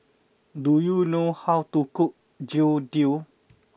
do you know how to cook Jian Dui